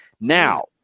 Now